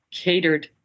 catered